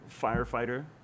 firefighter